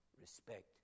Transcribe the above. respect